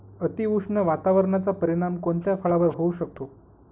अतिउष्ण वातावरणाचा परिणाम कोणत्या फळावर होऊ शकतो?